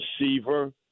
receiver